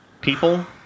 people